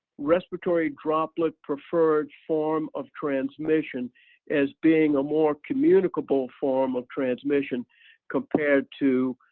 respiratory droplet preferred form of transmission as being a more communicable form of transmission compared to